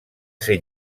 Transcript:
ser